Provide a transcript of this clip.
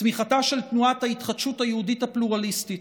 צמיחתה של תנועת ההתחדשות היהודית הפלורליסטית,